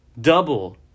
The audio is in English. double